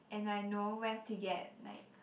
and I know where to get like